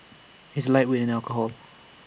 he's A lightweight in alcohol